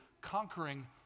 conquering